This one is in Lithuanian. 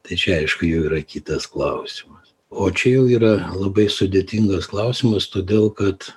tai čia aišku jau yra kitas klausimas o čia jau yra labai sudėtingas klausimas todėl kad